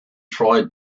tried